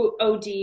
OD